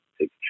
take